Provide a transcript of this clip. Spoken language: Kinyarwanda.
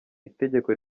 itegeko